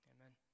Amen